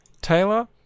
Taylor